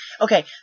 Okay